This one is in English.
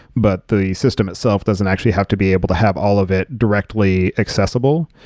but the system itself doesn't actually have to be able to have all of it directly accessible.